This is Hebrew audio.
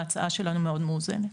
ההצעה שלנו מאוד מאוזנת.